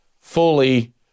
fully